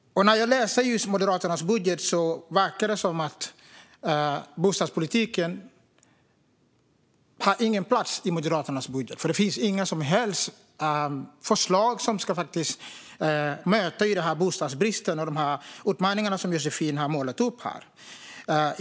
När jag läser Moderaternas budget verkar det som att bostadspolitiken inte har någon plats där. Det finns inga som helst förslag som ska möta bostadsbristen och de utmaningar som Josefin har målat upp.